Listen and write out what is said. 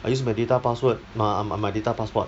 I used my data password no my my data passport